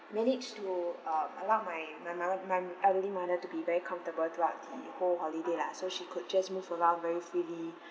managed to uh allowed my my mom my elderly mother to be very comfortable throughout the whole holiday lah so she could just move around very freely